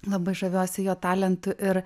labai žaviuosi jo talentu ir